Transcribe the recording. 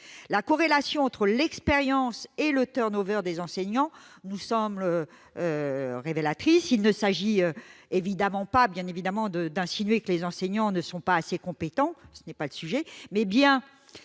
La corrélation entre l'expérience et le turnover des enseignants nous semble révélatrice : il s'agit bien évidemment non pas d'insinuer que les enseignants ne sont pas assez compétents, mais bien